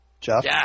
Jeff